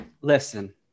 listen